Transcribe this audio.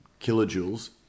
kilojoules